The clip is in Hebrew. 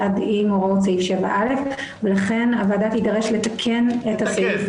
עם הוראות סעיף 7.א ולכן הוועדה תידרש לתקן את הסעיף בחוק.